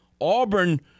Auburn